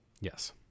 Yes